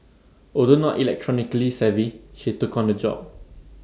although not electronically savvy she took on the job